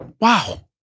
Wow